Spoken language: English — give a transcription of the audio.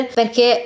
perché